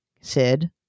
Sid